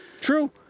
True